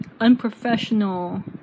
unprofessional